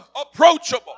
approachable